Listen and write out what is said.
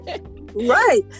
Right